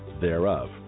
thereof